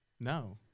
No